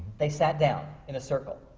they sat down, in a circle,